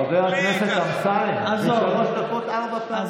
חבר הכנסת אמסלם, בשלוש דקות ארבע פעמים.